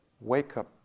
wake-up